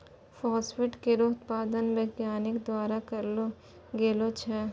phosphate केरो उत्पादन वैज्ञानिक द्वारा करलो गेलो छै